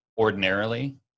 ordinarily